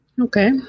Okay